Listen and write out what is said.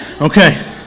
Okay